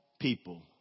people